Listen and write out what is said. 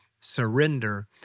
surrender